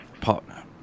partner